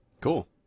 Cool